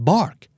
Bark